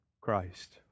Christ